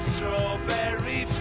Strawberry